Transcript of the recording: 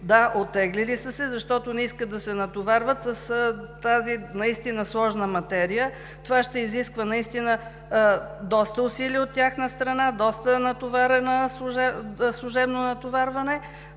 Да, оттеглили са се, защото не искат да се натоварват с тази наистина сложна материя. Това ще изисква доста усилия от тяхна страна, служебно натоварване.